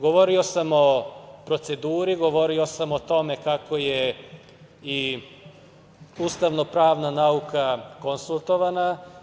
Govorio sam o proceduri, govorio sam o tome kako je i ustavno-pravna nauka konsultovana.